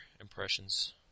impressions